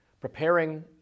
Preparing